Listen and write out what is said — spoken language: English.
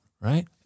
right